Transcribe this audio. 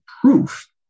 proof